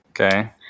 Okay